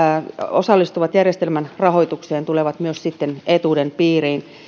osallistuvat järjestelmän rahoitukseen tulevat sitten myös etuuden piiriin